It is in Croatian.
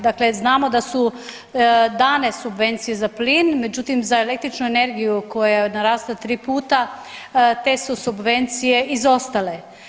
Dakle, znamo da su dane subvencije za plin, međutim za električnu energiju koja je narasla 3 puta te su subvencije izostale.